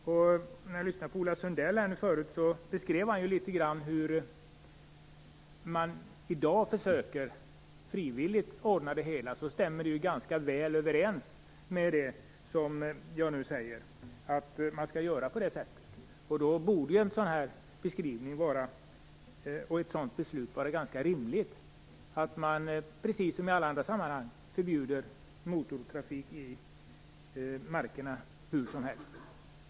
Jag lyssnade till Ola Sundell förut, och han beskrev litet grand hur man i dag försöker ordna det hela frivilligt. Det stämmer ganska väl överens med det som jag nu säger, att man skall göra på det sättet. Då borde en sådan här beskrivning och ett sådant beslut vara ganska rimligt. Precis som i alla andra sammanhang förbjuder man motortrafik hur som helst i markerna.